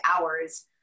hours